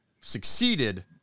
succeeded